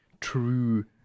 true